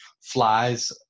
flies